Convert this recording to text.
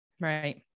Right